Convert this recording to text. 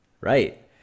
Right